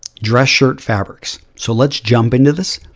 dress shirt fabrics. so letis jump into this.